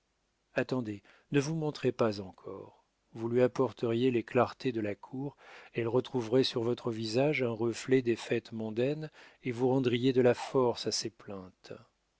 attendez ne vous montrez pas encore vous lui apporteriez les clartés de la cour elle retrouverait sur votre visage un reflet des fêtes mondaines et vous rendriez de la force à ses plaintes